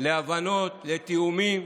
להבנות ולתיאומים.